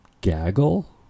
gaggle